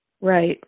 Right